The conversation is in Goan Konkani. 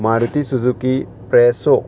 Maruti Suzuki Presso